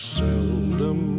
seldom